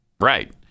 Right